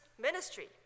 ministry